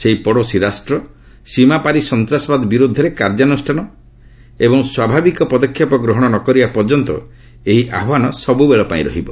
ସେହି ପଡ଼ୋଶୀ ରାଷ୍ଟ୍ର ସୀମାପାରି ସନ୍ତାସବାଦ ବିରୋଧରେ କାର୍ଯ୍ୟାନୁଷ୍ଠାନ ଏବଂ ସ୍ୱାଭାବିକ ପଦକ୍ଷେପ ଗ୍ରହଣ ନ କରିବା ପର୍ଯ୍ୟନ୍ତ ଏହି ଆହ୍ୱାନ ସବୁବେଳପାଇଁ ରହିବ